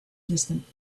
distant